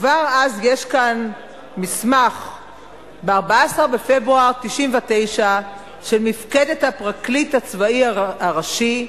יש כאן מסמך מ-14 בפברואר 1999 של מפקדת הפרקליט הצבאי הראשי,